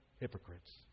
hypocrites